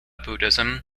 buddhism